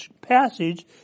passage